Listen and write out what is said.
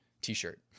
t-shirt